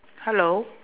hello